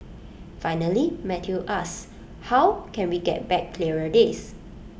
finally Matthew asks how can we get back clearer days